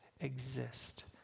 exist